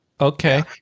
okay